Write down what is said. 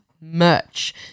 merch